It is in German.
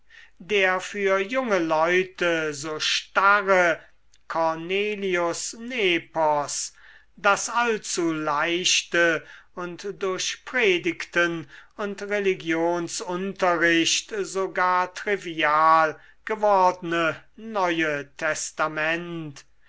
der für junge leute so starre cornelius nepos das allzu leichte und durch predigten und religionsunterricht sogar trivial gewordne neue testament